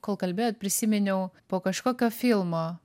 kol kalbėjot prisiminiau po kažkokio filmo